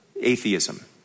atheism